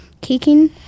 kicking